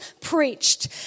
preached